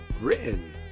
written